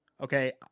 Okay